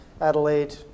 Adelaide